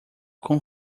com